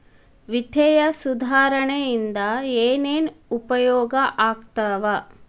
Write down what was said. ವಿತ್ತೇಯ ಸುಧಾರಣೆ ಇಂದ ಏನೇನ್ ಉಪಯೋಗ ಆಗ್ತಾವ